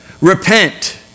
Repent